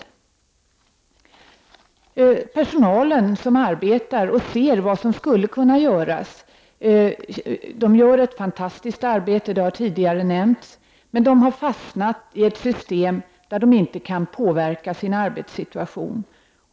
Den personal som arbetar och som ser vad som skulle kunna göras — det har tidigare nämnts att den gör ett fantastiskt arbete — har fastnat i ett system där den inte kan påverka sin arbetssituation.